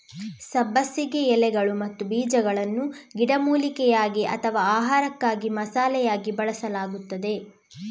ಸಬ್ಬಸಿಗೆ ಎಲೆಗಳು ಮತ್ತು ಬೀಜಗಳನ್ನು ಗಿಡಮೂಲಿಕೆಯಾಗಿ ಅಥವಾ ಆಹಾರಕ್ಕಾಗಿ ಮಸಾಲೆಯಾಗಿ ಬಳಸಲಾಗುತ್ತದೆ